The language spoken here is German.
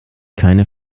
keine